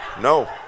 No